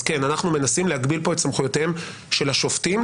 אז כן אנחנו מנסים להגביל פה את סמכויותיהם של השופטים,